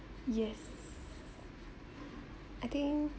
yes I think